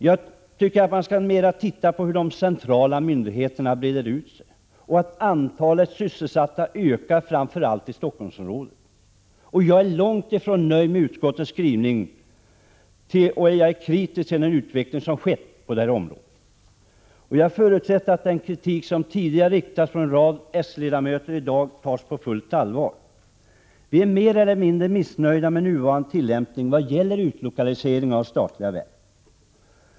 Jag tycker att man mera bör se på hur de centrala myndigheterna breder ut sig och på det förhållandet att antalet sysselsatta ökar i framför allt Stockholmsområdet. Jag är långt ifrån nöjd med utskottets skrivning, och jag är kritisk till den utveckling som skett på detta område. Jag förutsätter att den kritik som tidigare i dag har riktats från en rad s-ledamöter tas på fullt allvar. Vi är mer eller mindre missnöjda med nuvarande tillämpning vad gäller utlokalisering av statliga verk.